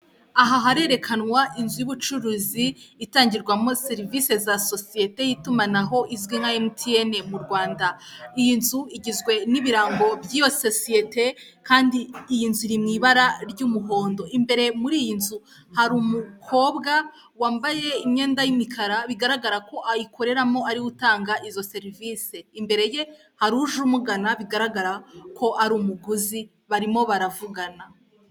Aha harerekanwa inzu y'ubucuruzi itangirwamo serivisi za sosiyete y'itumanaho izwi nka emutiyene mu Rwanda, iyi nzu igizwe n'ibirango by'iyo sosiyete kandi iyi nzu mu ibara ry'umuhondo, imbere muri iyi nzu hari umukobwa wambaye imyenda y'imikara bigaragara ko ayikoreramo ariwe utanga izo, serivisi imbere ye hari uje umugana bigaragara ko ari umuguzi barimo baravugana.